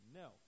no